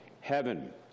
heaven